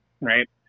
Right